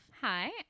hi